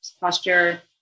posture